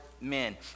men